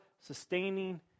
sustaining